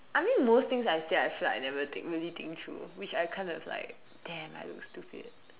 I mean most things I say I feel like I never really think through which I kind of like damn I look stupid